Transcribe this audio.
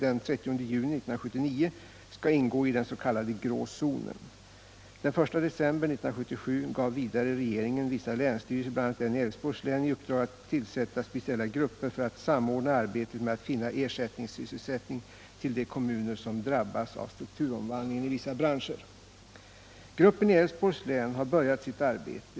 de kommuner som drabbas av strukturomvandlingen i vissa branscher. Gruppen i Älvsborgs län har börjat sitt arbete.